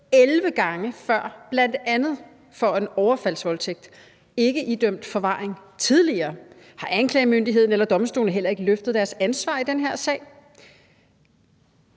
11 gange, bl.a. for en overfaldsvoldtægt, ikke idømt forvaring tidligere? Har anklagemyndigheden eller domstolene heller ikke løftet deres ansvar i den her sag?